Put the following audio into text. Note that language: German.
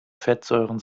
fettsäuren